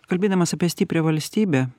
kalbėdamas apie stiprią valstybę